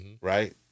Right